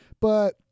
but-